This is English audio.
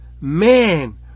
man